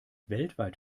weltweit